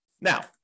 Now